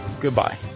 goodbye